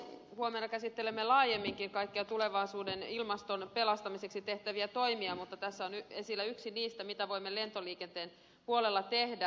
huomenna käsittelemme laajemminkin kaikkia tulevaisuuden ilmaston pelastamiseksi tehtäviä toimia mutta tässä on esillä yksi niistä mitä voimme lentoliikenteen puolella tehdä